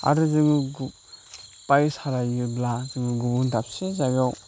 आरो जोङो बाइक सालायोब्ला जोङो गुबुन दाबसे जायगायाव